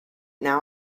now